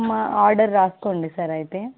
మా ఆర్డర్ రాసుకోండి సార్ అయితే